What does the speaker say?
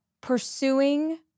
pursuing